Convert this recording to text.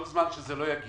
כל זמן שזה לא יגיע,